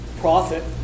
profit